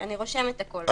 אני רושמת הכול.